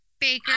Baker